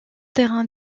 terrain